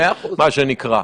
מה שנקרא.